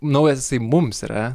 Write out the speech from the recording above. naujas jisai mums yra